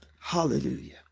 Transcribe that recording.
Hallelujah